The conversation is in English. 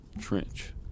Trench